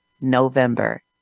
November